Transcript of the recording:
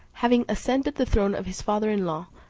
having ascended the throne of his father-in law,